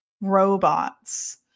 robots